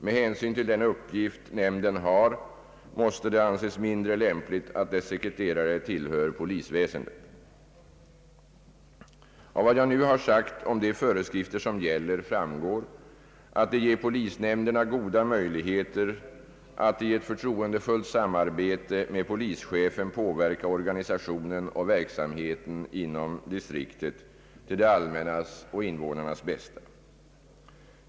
Med hänsyn till den uppgift nämnden har måste det anses mindre lämpligt att dess sekreterare tillhör polisväsendet. Av vad jag nu har sagt om de föreskrifter som gäller framgår, att de ger polisnämnderna goda möjligheter att i ett förtroendefullt samarbete med polischefen påverka organisationen och verksamheten inom distriktet till det allmännas och invånarnas bästa.